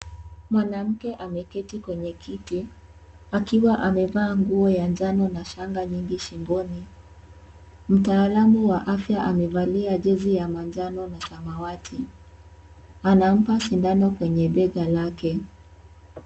Mwanamke ameketi kwenye kiti, akiwa amevaa nguo ya njano na shanga nyingi shingoni. Mtaalamu wa afya amevalia jezi ya manjano na samawati. Anampa sindano kwenye bega lake.